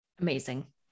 Amazing